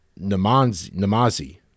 Namazi